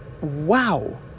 wow